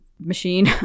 machine